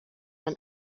then